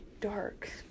dark